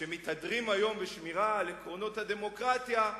שמתהדרים היום בשמירה על עקרונות הדמוקרטיה.